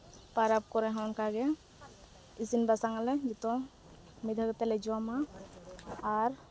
ᱯᱚᱨᱚᱵᱽ ᱠᱚᱨᱮᱦᱚᱸ ᱚᱱᱠᱟᱜᱮ ᱤᱥᱤᱱ ᱵᱟᱥᱟᱝ ᱟᱞᱮ ᱡᱚᱛᱚ ᱢᱤᱫ ᱫᱷᱟᱣ ᱛᱮᱞᱮ ᱡᱚᱢᱟ ᱟᱨ